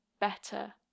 better